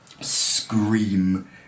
scream